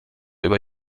über